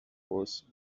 was